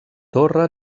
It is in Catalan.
torre